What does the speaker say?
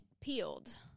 peeled